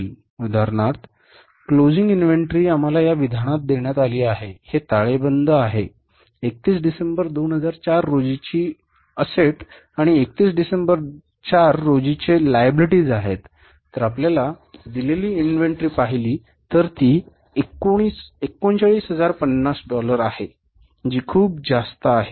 उदाहरणार्थ closing inventory आम्हाला या विधानात देण्यात आली आहे हे ताळेबंद आहे जर आपल्याला दिलेली इन्व्हेंटरी पाहिली तर ती 39050 डॉलर आहे जी खूप जास्त आहे